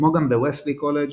כמו גם בווסלי קולג',